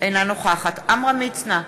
אינה נוכחת עמרם מצנע,